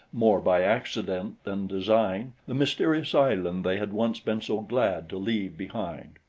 more by accident than design, the mysterious island they had once been so glad to leave behind.